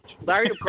Larry